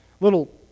Little